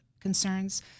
concerns